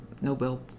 Nobel